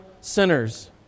sinners